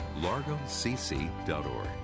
largocc.org